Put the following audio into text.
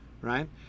right